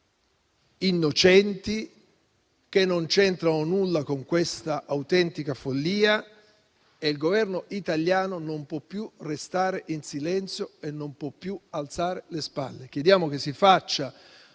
innocenti, che non c'entrano nulla con questa autentica follia e il Governo italiano non può più restare in silenzio e alzare le spalle. Chiediamo che la